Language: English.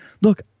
Look